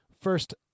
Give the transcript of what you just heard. first